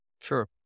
Sure